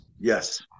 Yes